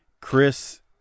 Chris